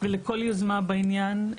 ולכל יוזמה שקשורה בעניין.